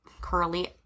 curly